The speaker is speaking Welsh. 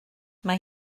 mae